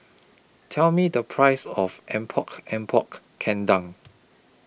Tell Me The Price of Epok Epok Kendang